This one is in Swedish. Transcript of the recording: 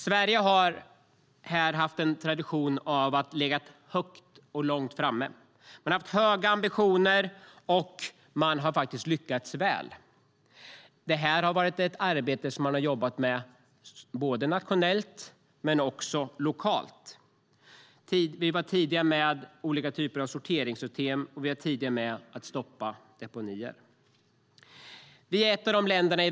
Sverige har här legat långt fram. Vi har haft höga ambitioner och lyckats väl. Vi har arbetat med detta både nationellt och lokalt. Vi var tidiga med olika typer av sorteringssystem och stopp för deponier.